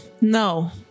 No